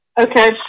Okay